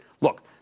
look